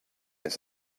his